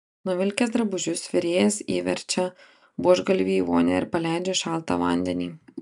nuvilkęs drabužius virėjas įverčia buožgalvį į vonią ir paleidžia šaltą vandenį